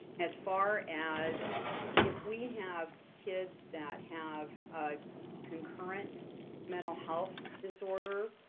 as far as if we have kids that have a concurrent mental health disorder,